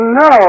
no